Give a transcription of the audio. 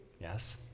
Yes